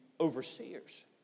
overseers